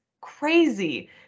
crazy